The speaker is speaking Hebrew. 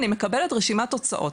אני מקבלת רשימת תוצאות.